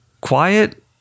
quiet